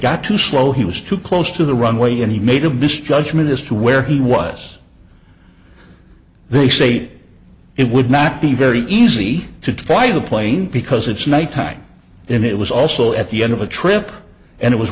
got too slow he was too close to the runway and he made of this judgment as to where he was they say it would not be very easy to fly the plane because it's night time and it was also at the end of a trip and it was